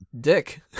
dick